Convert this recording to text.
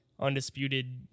undisputed